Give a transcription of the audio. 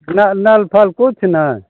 न नल फल किछु नहि